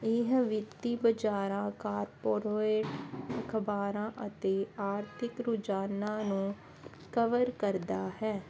ਇਹ ਵਿੱਤੀ ਬਜ਼ਾਰਾਂ ਕਾਰਪੋਰੇਟ ਅਖ਼ਬਾਰਾਂ ਅਤੇ ਆਰਥਿਕ ਰੁਝਾਨਾਂ ਨੂੰ ਕਵਰ ਕਰਦਾ ਹੈ